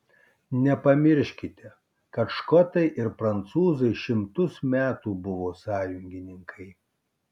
nepamirškite kad škotai ir prancūzai šimtus metų buvo sąjungininkai